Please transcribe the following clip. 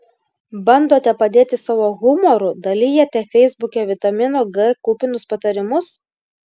bandote padėti savo humoru dalijate feisbuke vitamino g kupinus patarimus